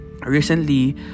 Recently